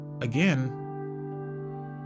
again